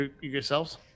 yourselves